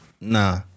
Nah